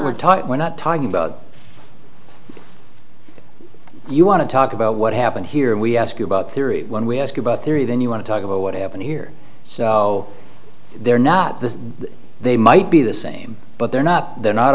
taught we're not talking about you want to talk about what happened here and we ask you about theory when we ask about theory then you want to talk about what happened here so they're not this they i'd be the same but they're not they're not